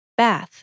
bath